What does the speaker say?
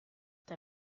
der